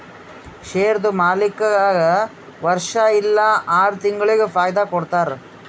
ಶೇರ್ದು ಮಾಲೀಕ್ಗಾ ವರ್ಷಾ ಇಲ್ಲಾ ಆರ ತಿಂಗುಳಿಗ ಫೈದಾ ಕೊಡ್ತಾರ್